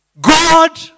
God